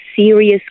serious